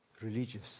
religious